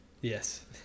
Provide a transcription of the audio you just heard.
Yes